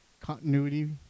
continuity